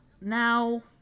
now